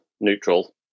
neutral